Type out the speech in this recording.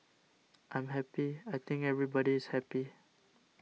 I'm happy I think everybody is happy